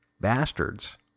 bastards